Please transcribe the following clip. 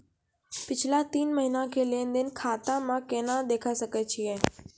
पिछला तीन महिना के लेंन देंन खाता मे केना देखे सकय छियै?